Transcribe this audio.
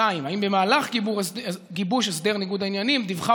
2. האם במהלך גיבוש הסדר ניגוד העניינים דיווחה